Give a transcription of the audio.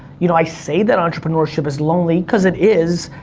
you know, i say that entrepreneurship is lonely, cause it is,